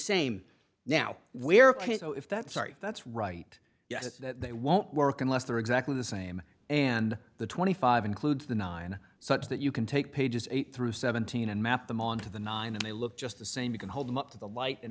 same now where chris oh if that sorry that's right they won't work unless they're exactly the same and the twenty five includes the nine such that you can take pages eight through seventeen and map them onto the nine and they look just the same you can hold them up to the light and